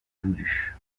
voulu